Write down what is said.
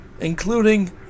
including